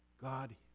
God